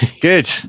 Good